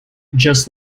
just